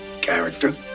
character